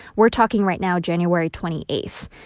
we're talking right now january twenty eight.